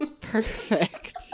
perfect